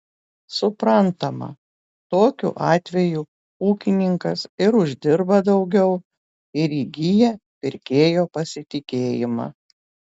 suprantama tokiu atveju ūkininkas ir uždirba daugiau ir įgyja pirkėjo pasitikėjimą